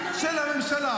ממני?